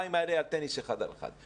ביומיים האלה על טניס אחד על אחד,